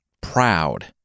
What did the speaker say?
proud